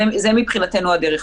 זו מבחינתנו הדרך,